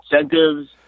incentives